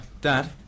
Dad